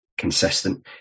consistent